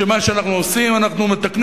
שמה שאנחנו עושים הוא שאנחנו מתקנים